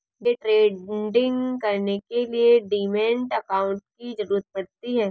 day trading करने के लिए डीमैट अकांउट की जरूरत पड़ती है